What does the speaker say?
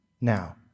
now